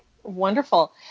Wonderful